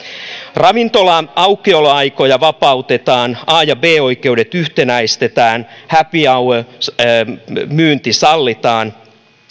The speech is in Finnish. ravintolan aukioloaikoja vapautetaan a ja b oikeudet yhtenäistetään happy hour myynti sallitaan